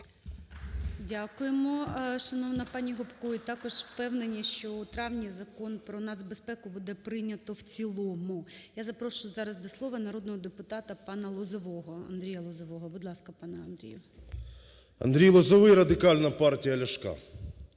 Дякуємо, шановна пані Гопко. І також впевнені, що у травні Закон про нацбезпеку буде прийнято в цілому. Я запрошую зараз до слова народного депутата пана Лозового, Андрія Лозового. Будь ласка, пане Андрію. 13:02:40 ЛОЗОВОЙ А.С. Андрій Лозовий, Радикальна партія Ляшка.